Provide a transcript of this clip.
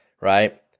right